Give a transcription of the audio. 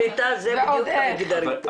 שליטה זה בדיוק המגדרי.